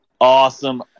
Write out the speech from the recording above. Awesome